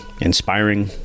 inspiring